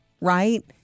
Right